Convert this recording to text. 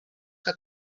que